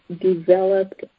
developed